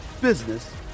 business